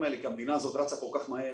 האלה כי המדינה הזאת רצה כל כך מהר